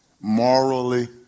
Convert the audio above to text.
morally